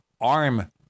ARM